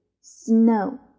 snow